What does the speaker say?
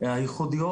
הייחודיים